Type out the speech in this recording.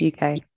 UK